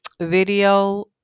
video